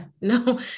no